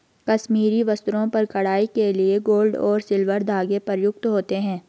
कश्मीरी वस्त्रों पर कढ़ाई के लिए गोल्ड और सिल्वर धागे प्रयुक्त होते हैं